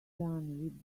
done